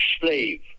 slave